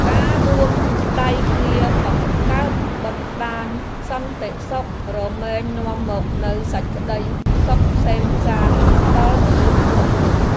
ការរួមដៃគ្នាបង្កើតបណ្តាញសន្តិសុខរមែងនាំមកនូវសេចក្តីសុខក្សេមក្សាន្តដល់មនុស្សគ្រប់រូប។